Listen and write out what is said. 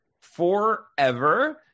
forever